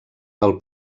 del